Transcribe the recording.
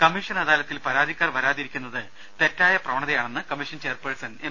commission അദാലത്തിൽ പരാതിക്കാർ വരാതിരിക്കുന്നത് തെറ്റായ പ്രവണതയാണെന്ന് കമ്മീഷൻ ചെയർപേഴ്സൺ എം